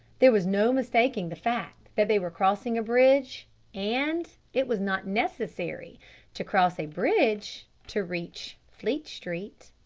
there was no mistaking the fact that they were crossing a bridge and it was not necessary to cross a bridge to reach fleet street.